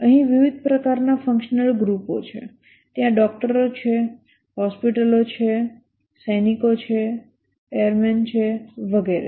અહીં વિવિધ પ્રકારનાં ફંક્શનલ ગ્રુપો છે ત્યાં ડોકટરો છે હોસ્પિટલો છે સૈનિકો છે એરમેન છે વગેરે